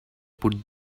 put